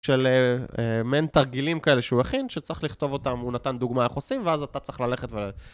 של מעין תרגילים כאלה שהוא הכין, שצריך לכתוב אותם, הוא נתן דוגמא איך עושים, ואז אתה צריך ללכת ו...